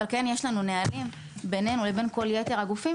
אבל כן יש לנו נהלים בינינו לבין כל יתר הגופים,